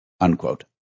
Unquote